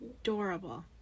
adorable